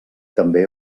també